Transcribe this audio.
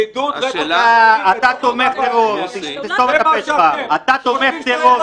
לעידוד רצח --- אתה תומך -- אתה תומך טרור,